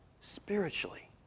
spiritually